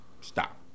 stop